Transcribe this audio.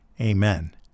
Amen